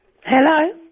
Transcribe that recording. Hello